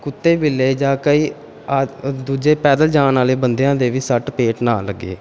ਕੁੱਤੇ ਬਿੱਲੇ ਜਾਂ ਕਈ ਆ ਦੂਜੇ ਪੈਦਲ ਜਾਣ ਵਾਲੇ ਬੰਦਿਆਂ ਦੇ ਵੀ ਸੱਟ ਫੇਟ ਨਾ ਲੱਗੇ